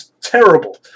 terrible